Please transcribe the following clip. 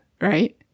right